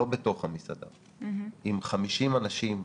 לא בתוך המסעדה, עם 50 אנשים.